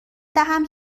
دهم